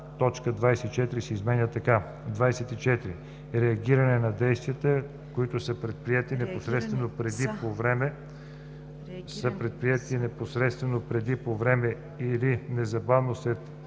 точка 24 се изменя така: „24. „Реагиране“ са действията, които са предприети непосредствено преди, по време на или незабавно след